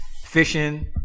fishing